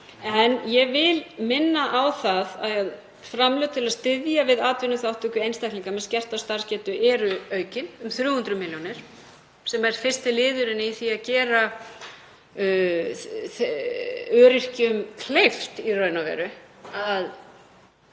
en ég vil minna á að framlög til að styðja við atvinnuþátttöku einstaklinga með skerta starfsgetu eru aukin um 300 milljónir sem er fyrsti liðurinn í því að gera öryrkjum kleift að sinna